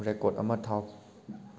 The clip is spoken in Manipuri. ꯔꯦꯀꯣꯠ ꯑꯃ ꯊꯥꯎ